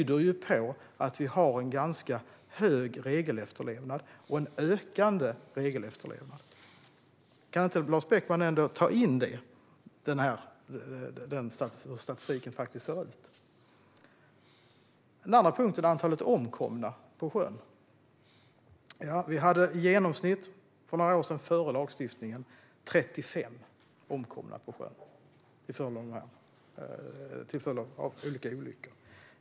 Det tyder på att vi har en ganska hög och ökande regelefterlevnad. Kan inte Lars Beckman ändå ta in hur statistiken faktiskt ser ut? En annan punkt är antalet omkomna på sjön. För några år sedan, före lagstiftningen, var det i genomsnitt 35 omkomna på sjön till följd av olika olyckor.